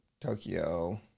Tokyo